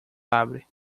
abre